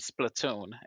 Splatoon